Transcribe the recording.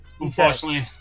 Unfortunately